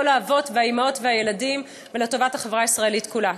האבות והאימהות והילדים ולטובת החברה הישראלית כולה.